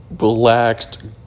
relaxed